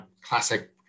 classic